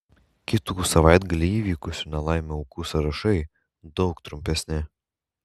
kitų savaitgalį įvykusių nelaimių aukų sąrašai daug trumpesni